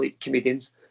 comedians